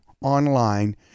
online